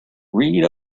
read